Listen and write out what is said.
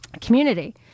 community